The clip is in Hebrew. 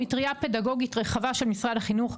מטרייה פדגוגית רחבה של משרד החינוך,